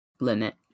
Limit